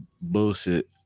Bullshit